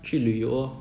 去旅游 loh